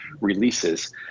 releases